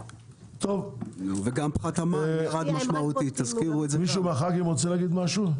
טוב, מישהו מהח"כים רוצה להגיד משהו?